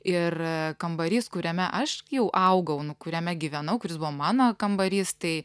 ir kambarys kuriame aš jau augau nu kuriame gyvenau kuris buvo mano kambarys tai